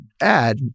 add